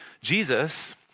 Jesus